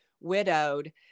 widowed